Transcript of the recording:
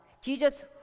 Jesus